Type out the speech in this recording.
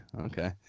okay